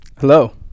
hello